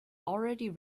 already